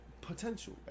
potential